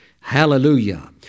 Hallelujah